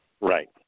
Right